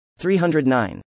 309